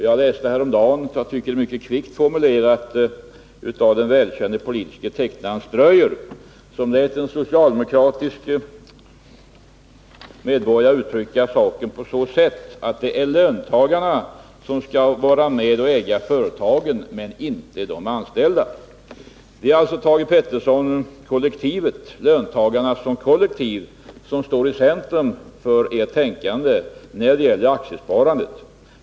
Jag läste häromdagen något som jag tycker är mycket kvickt formulerat av den välkände politiske tecknaren Ströyer. Han lät en socialdemokrat uttrycka saken på detta sätt: Det är löntagarna som skall vara med och äga företagen, inte de anställda. Det är alltså, Thage Peterson, löntagarna som kollektiv som står i centrum för ert tänkande när det gäller aktiesparandet.